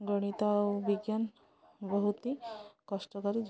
ଗଣିତ ଆଉ ବିଜ୍ଞାନ ବହୁତ କଷ୍ଟକାରୀ